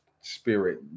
spirit